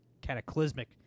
cataclysmic